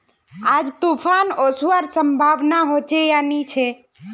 आज तूफ़ान ओसवार संभावना होचे या नी छे?